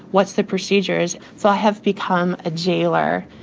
what's the procedures? so i have become a jailer,